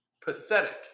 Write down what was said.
pathetic